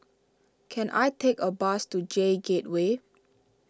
can I take a bus to J Gateway